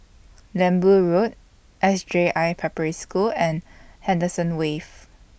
Lembu Road S J I Preparatory School and Henderson Wave